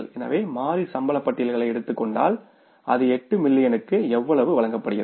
எனவே மாறி சம்பள பட்டியல்களை எடுத்துக் கொண்டால் அது 8 மில்லியனுக்கு எவ்வளவு வழங்கப்படுகிறது